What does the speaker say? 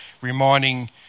reminding